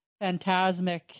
phantasmic